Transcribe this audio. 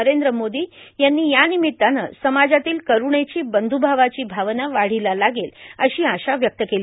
नरेंद्र मोदी यांनी यानिमित्तानं समाजातली करूणेची बंध्रभावाची भावना वाढीला लागेल अशी आशा व्यक्त केली